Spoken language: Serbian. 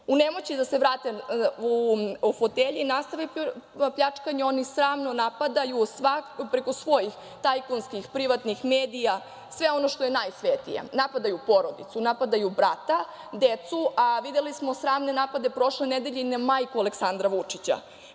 U nemoći da se vrate u fotelje i nastave pljačkanje, oni sramno napadaju preko svojih tajkunskih privatnih medija sve ono što je najsvetije - napadaju porodicu, napadaju brata, decu, a videli smo sramne napade prošle nedelje i na majku Aleksandra Vučića. Mi